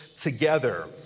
together